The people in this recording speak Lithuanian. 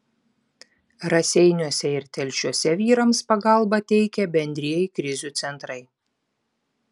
raseiniuose ir telšiuose vyrams pagalbą teikia bendrieji krizių centrai